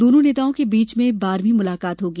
दोनो नेताओं के बीच में बारहवीं मुलाकात होगी